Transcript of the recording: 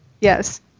Yes